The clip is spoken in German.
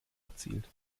erzielt